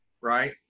right